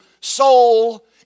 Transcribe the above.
soul